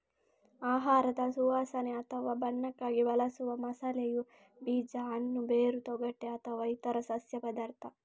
ಆಹಾರದ ಸುವಾಸನೆ ಅಥವಾ ಬಣ್ಣಕ್ಕಾಗಿ ಬಳಸುವ ಮಸಾಲೆಯು ಬೀಜ, ಹಣ್ಣು, ಬೇರು, ತೊಗಟೆ ಅಥವಾ ಇತರ ಸಸ್ಯ ಪದಾರ್ಥ